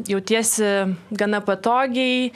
jautiesi gana patogiai